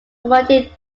commodity